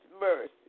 mercy